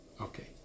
Okay